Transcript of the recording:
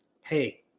hey